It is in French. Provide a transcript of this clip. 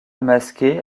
masqué